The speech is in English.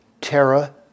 terra